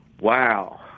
wow